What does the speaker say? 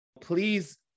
Please